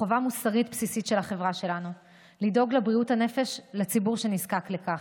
חובה מוסרית בסיסית של החברה שלנו לדאוג לבריאות הנפש לציבור שנזקק לכך,